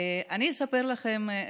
אני אספר לכם,